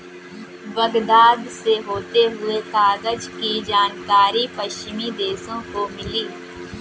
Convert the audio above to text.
Baghdad से होते हुए कागज की जानकारी पश्चिमी देशों को मिली